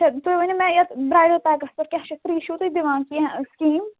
اَچھا تُہۍ ؤنِو مےٚ یَتھ برایڈِل پیکس کیٛاہ چھُ فرٛی چھُو تُہۍ دِوان کیٚنٛہہ سِکیٖم